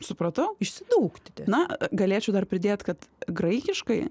supratau išsidūkti na galėčiau dar pridėt kad graikiškai